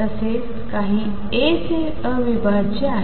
तसेच काही A चे अविभाज्य आहे